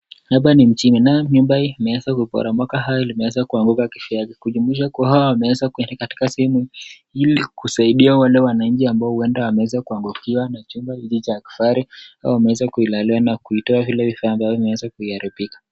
Hapa ni mjini na nyumba imeweza kuporomoka na hawa wameweza kufika kumaanisha kuwa wamefika kusaidia wale wananchi ambao wanaweza kuangukiwa na jumba hili la kifahari imeweza kuwalalia na kutoa ile imeharibika.